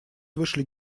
вышли